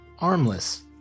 armless